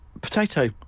potato